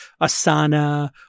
Asana